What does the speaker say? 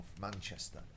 Manchester